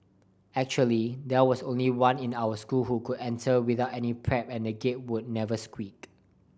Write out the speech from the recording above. actually there was only one in our school who could enter without any prep and the Gate would never squeak